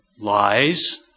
Lies